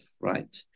right